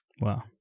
Wow